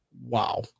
wow